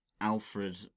Alfred